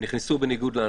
נכנסו בניגוד להנחיות.